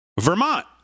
Vermont